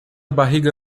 barriga